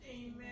Amen